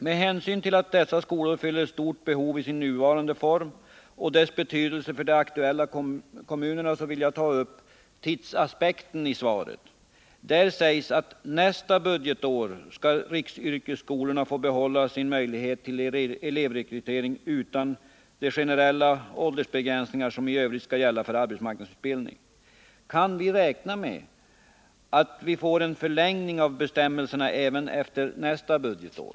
Med hänsyn till att dessa skolor fyller ett stort behov i sin nuvarande form och har stor betydelse för de aktuella kommunerna vill jag ta upp tidsaspekten. I svaret sägs nämligen att riksyrkesskolorna under nästa budgetår skall få behålla sin möjlighet till elevrekrytering utan de generella åldersbegränsningar som i övrigt skall gälla för arbetsmarknadsutbildningen. Kan vi räkna med att det blir en förlängning av de bestämmelserna även för nästa budgetår?